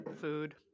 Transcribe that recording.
Food